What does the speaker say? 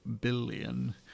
billion